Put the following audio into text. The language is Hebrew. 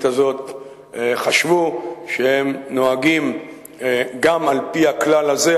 הזאת חשבו שהם נוהגים גם על-פי הכלל הזה,